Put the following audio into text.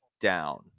down